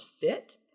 fit